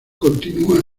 continua